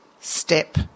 step